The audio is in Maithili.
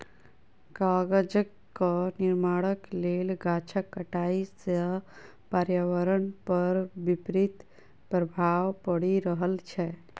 कागजक निर्माणक लेल गाछक कटाइ सॅ पर्यावरण पर विपरीत प्रभाव पड़ि रहल छै